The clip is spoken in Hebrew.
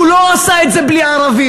הוא לא עשה את זה בלי ערבים.